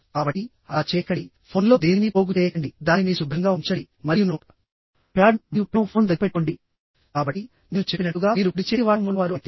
కాబట్టి అలా చేయకండి ఫోన్లో దేనినీ పోగు చేయకండి దానిని శుభ్రంగా ఉంచండి మరియు నోట్ ప్యాడ్ను మరియు పెన్ ను ఫోన్ దగ్గర పెట్టుకోండి కాబట్టి నేను చెప్పినట్లుగా మీరు కుడిచేతి వాటం ఉన్నవారు అయితే